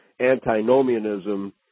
antinomianism